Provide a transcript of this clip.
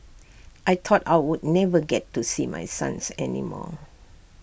I thought I would never get to see my sons any more